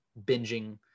binging